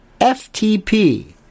FTP